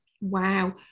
wow